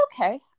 okay